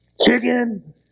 chicken